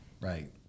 Right